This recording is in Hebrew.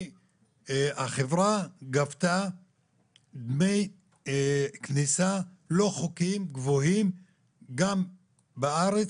כי החברה גבתה דמי כניסה לא חוקיים גבוהים גם בארץ